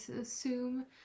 assume